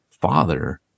father